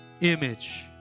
image